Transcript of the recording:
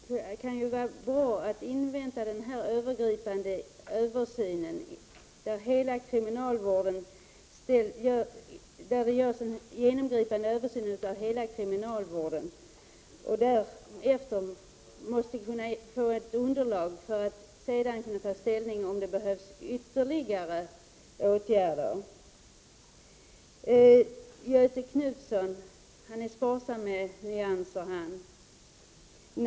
Fru talman! Det kan ju vara bra att invänta den utredning där det görs en övergripande översyn av hela kriminalvårdspolitiken. Då kan vi få ett underlag för att sedan kunna ta ställning till om det behövs ytterligare åtgärder. Göthe Knutson är sparsam med nyanser, han!